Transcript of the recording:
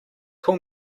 call